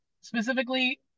specifically